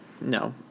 No